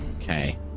Okay